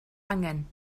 angen